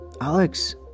alex